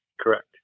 Correct